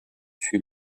fut